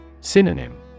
Synonym